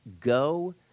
go